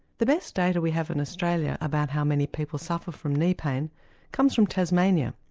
the best data we have in australia about how many people suffer from knee pain comes from tasmania,